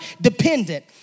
dependent